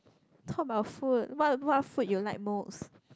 talk about food what what food you like most